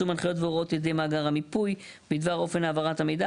הנחיות והוראות על ידי מאגר המיפוי בדבר אופן העברת המידע